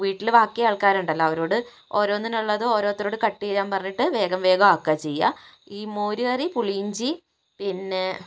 വീട്ടിൽ ബാക്കി ആൾക്കാരുണ്ടല്ലോ അവരോട് ഓരോന്നിനുള്ളത് ഓരോരുത്തരോട് കട്ട് ചെയ്യാൻ പറഞ്ഞിട്ട് വേഗം വേഗം ആക്കാണ് ചെയ്യുക ഈ മോരുകറി പുളിയിഞ്ചി പിന്നെ